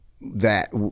that-